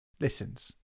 listens